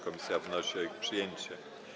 Komisja wnosi o ich przyjęcie.